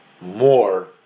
more